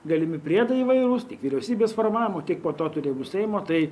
galimi priedai įvairūs tiek vyriausybės formavimo tiek po to turė bus seimo tai